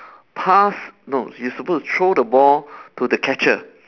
pass no you supposed to throw the ball to the catcher